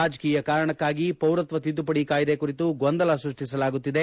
ರಾಜಕೀಯ ಕಾರಣಕ್ಕಾಗಿ ಪೌರತ್ವ ತಿದ್ದುಪಡಿ ಕಾಯಿದೆ ಕುರಿತು ಗೊಂದಲ ಸೃಷ್ಟಿಸಲಾಗುತ್ತಿದೆ